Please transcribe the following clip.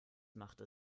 machte